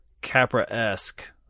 capra-esque